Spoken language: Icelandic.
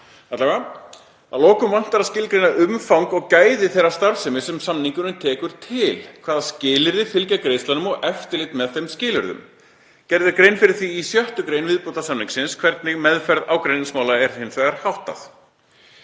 Að lokum vantar að skilgreina umfang og gæði þeirrar starfsemi sem samningurinn tekur til, hvaða skilyrði fylgja greiðslum og eftirlit með þeim skilyrðum. Gert er grein fyrir því í 6. gr. viðbótarsamningsins hvernig meðferð ágreiningsmála er háttað.